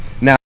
now